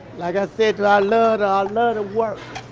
like i said, i love ah you know the work.